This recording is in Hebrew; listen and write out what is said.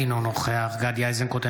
אינו נוכח גדי איזנקוט,